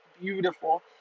beautiful